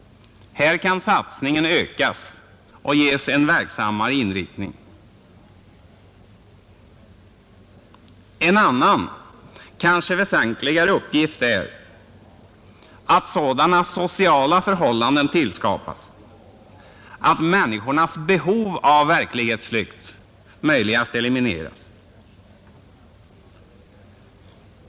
Här kan satsningen ökas och ges en verksammare inriktning. En annan kanske väsentligare uppgift är att skapa sådana sociala förhållanden att människornas behov av verklighetsflykt i möjligaste mån elimineras.